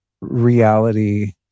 reality